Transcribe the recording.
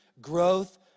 growth